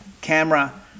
camera